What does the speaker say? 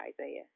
Isaiah